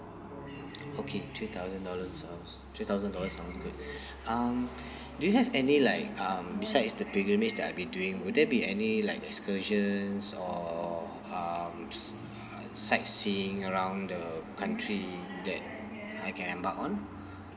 okay three thousand dollars sounds three thousand dollars sounds good um do you have any like um besides the pilgrimage that I'll be doing will there be any like excursions or um sightseeing around the country that I can embark on